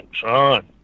Son